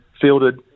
fielded